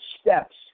steps